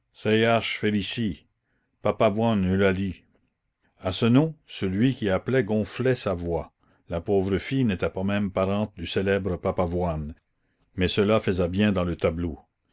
ch félicie papavoine eulalie a ce nom celui qui appelait gonflait sa voix la pauvre fille n'était pas même parente du célèbre papavoine mais cela faisait bien dans le tableau